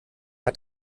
hat